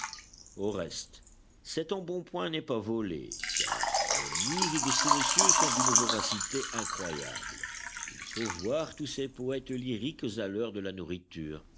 au reste cet embonpoint n'est pas volé car les muses de ces messieurs sont d'une voracité incroyable il faut voir tous ces poëtes lyriques à l'heure de la nourriture